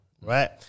Right